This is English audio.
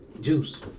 Juice